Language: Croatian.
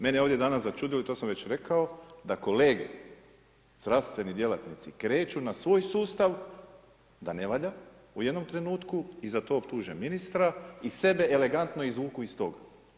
Mene ovdje danas začudilo i to sam već rekao da kolege zdravstveni djelatnici kreću na svoj sustav da ne valja u jednom trenutku i za to optuže ministra i sebe elegantno izvuku iz tog.